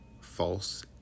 false